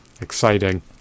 exciting